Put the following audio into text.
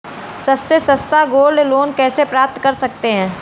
सबसे सस्ता gold loan कैसे प्राप्त कर सकते हैं?